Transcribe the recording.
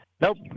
Nope